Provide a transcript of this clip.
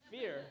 Fear